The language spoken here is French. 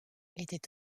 était